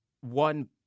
one